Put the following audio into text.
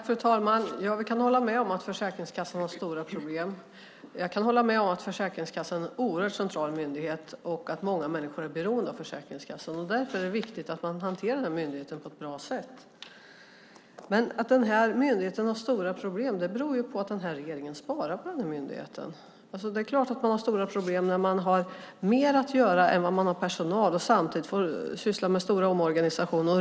Fru talman! Jag kan hålla med om att Försäkringskassan har stora problem. Jag kan hålla med om att Försäkringskassan är en oerhört central myndighet och att många människor är beroende av Försäkringskassan. Därför är det viktigt att man hanterar den myndigheten på ett bra sätt. Men att myndigheten har stora problem beror ju på att den här regeringen sparar på myndigheten. Det är klart att man har stora problem när man har mer att göra än vad man har personal till och samtidigt får syssla med stora omorganisationer.